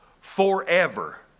forever